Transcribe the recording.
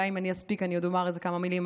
אולי אם אני אספיק אני עוד אומר על זה כמה מילים.